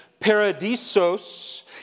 paradisos